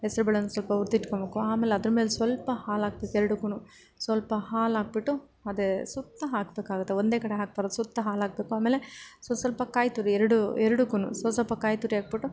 ಹೆಸ್ರುಬೇಳೆನ ಸ್ವಲ್ಪ ಹುರಿದಿಟ್ಕೊಳ್ಬೇಕು ಆಮೇಲೆ ಅದ್ರ ಮೇಲೆ ಸ್ವಲ್ಪ ಹಾಲು ಹಾಕ್ಬೇಕು ಎರಡಕ್ಕೂ ಸ್ವಲ್ಪ ಹಾಲು ಹಾಕ್ಬಿಟ್ಟು ಅದೇ ಸುತ್ತ ಹಾಕಬೇಕಾಗುತ್ತೆ ಒಂದೇ ಕಡೆ ಹಾಕ್ಬಾರ್ದು ಸುತ್ತ ಹಾಲು ಹಾಕಬೇಕು ಆಮೇಲೆ ಸ್ವಸ್ವಲ್ಪ ಕಾಯಿ ತುರಿ ಎರಡು ಎರಡಕ್ಕೂ ಸ್ವಸ್ವಲ್ಪ ಕಾಯಿ ತುರಿ ಹಾಕ್ಬಿಟ್ಟು